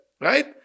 right